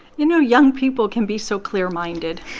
you know, young people can be so clear-minded.